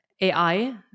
AI